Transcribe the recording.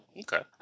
okay